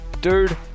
Dude